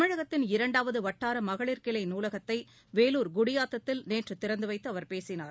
தமிழகத்தின் இரண்டாவதுவட்டாரமகளிர் கிளை நூலகத்தைவேலூர் குடியாத்தத்தில் நேற்றுதிறந்துவைத்துஅவர் பேசினார்